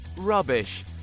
rubbish